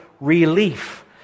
relief